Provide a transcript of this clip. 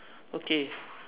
okay